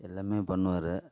எல்லாமே பண்ணுவார்